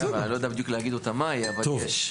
אני לא יודע בדיוק להגיד אותה מהי, אבל יש.